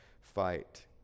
fight